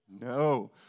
No